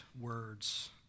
words